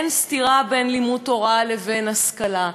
אין סתירה בין לימוד תורה לבין השכלה.